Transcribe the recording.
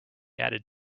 added